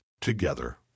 together